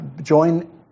join